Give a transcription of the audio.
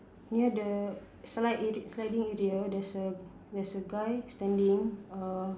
near the slide area sliding area there's a there's a guy standing uh